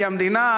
כי המדינה,